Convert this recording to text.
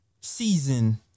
season